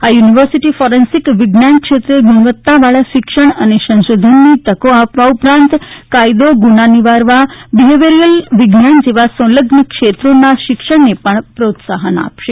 આ university forensic વિજ્ઞાન ક્ષેત્રે ગુણવત્તા વાળા શિક્ષણ અને સંશોધનની તકો આપવા ઉપરાંત કાયદો ગુના નિવારવા બીહેવીયરલ વિજ્ઞાન જેવા સંલગ્ન ક્ષેત્રોના શિક્ષણને પણ પ્રોત્સાહન આપશે